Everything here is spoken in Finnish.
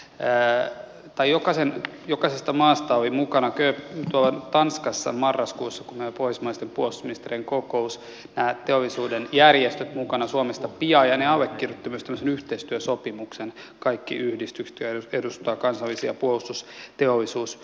tää tai niin jokaisesta maasta olivat nämä teollisuuden järjestöt mukana tanskassa marraskuussa kun meillä oli pohjoismaisten puolustusministerien kokous suomesta pia ja ne allekirjoittivat myös tämmöisen yhteistyösopimuksen kaikki yhdistykset jotka edustavat kansallisia puolustusteollisuustoimijoita